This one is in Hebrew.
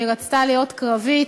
והיא רצתה להיות קרבית.